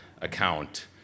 account